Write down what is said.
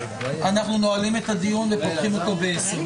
אנחנו נועלים את הדיון, ופותחים אותו ב-10:00.